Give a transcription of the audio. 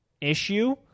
issue